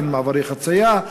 אין מעברי חציה,